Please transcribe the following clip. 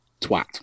twat